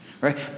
Right